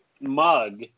mug